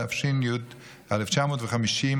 התש"י 1950,